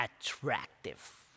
attractive